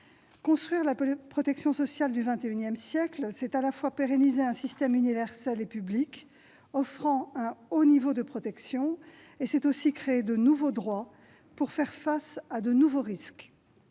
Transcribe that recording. Construire la protection sociale du XXI siècle, c'est à la fois pérenniser un système universel et public offrant un haut niveau de protection et créer de nouveaux droits pour faire face à de nouveaux risques.